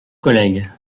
collègues